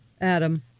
Adam